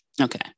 okay